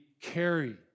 Carry